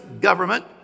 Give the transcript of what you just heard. government